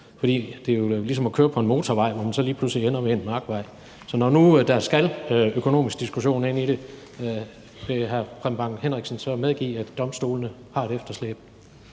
For det er jo ligesom at køre på en motorvej, hvor man lige pludselig ender med en markvej. Når nu der skal en økonomisk diskussion ind i det, vil hr. Preben Bang Henriksen så medgive, at domstolene har et efterslæb?